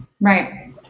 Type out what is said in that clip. Right